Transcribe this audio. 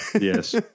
yes